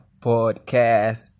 Podcast